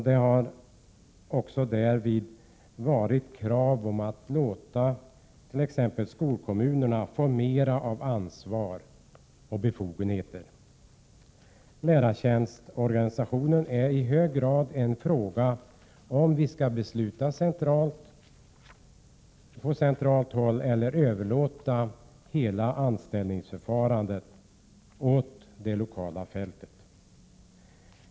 Det har därvid också framförts krav på att låta skolkommunerna få mera ansvar och befogenheter. Frågan om lärartjänstorganisationen gäller i hög grad om vi skall besluta på centralt håll eller överlåta hela anställningsförfarandet åt det lokala fältet.